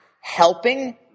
helping